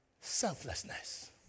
Selflessness